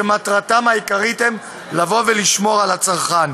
שמטרתם העיקרית היא לשמור על הצרכן: